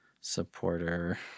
supporter